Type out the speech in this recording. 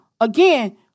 again